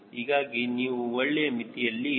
ಹೀಗಾಗಿ ನೀವು ಒಳ್ಳೆಯ ಮಿತಿಯಲ್ಲಿ ಇವೆ